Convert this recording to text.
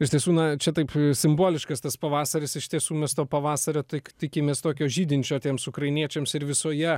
iš tiesų na čia taip simboliškas tas pavasaris iš tiesų mes to pavasario tai tikimės tokio žydinčio tiems ukrainiečiams ir visoje